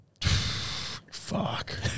Fuck